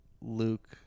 Luke